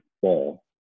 fall